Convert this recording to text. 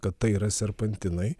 kad tai yra serpantinai